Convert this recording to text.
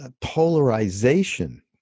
Polarization